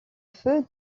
feu